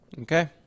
okay